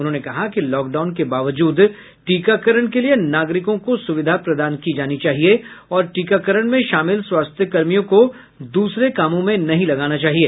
उन्होंने कहा कि लॉकडाउन के बावजूद टीकाकरण के लिए नागरिकों को सुविधा प्रदान की जानी चाहिए और टीकाकरण में शामिल स्वास्थ्यकर्मियों को दूसरे कामों में नहीं लगाना चाहिए